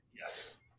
Yes